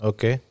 Okay